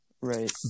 right